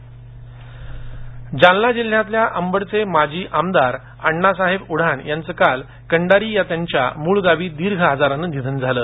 निधन जालना जालना जिल्यातल्या अंबडचे माजी आमदार अण्णासाहेब उढान यांचं काल कंडारी या त्यांच्या मूळ गावी दीर्घ आजारानं निधन झालं